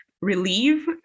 relieve